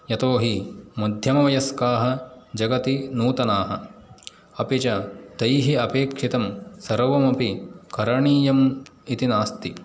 यतोहि मध्यमवयस्काः जगति नूतनाः अपि च तैः अपेक्षितं सर्वमपि करणीयम् इति नास्ति